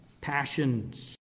passions